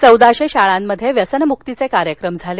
चौदाशे शाळांमध्ये व्यसनमुक्तींचे कार्यक्रम झाले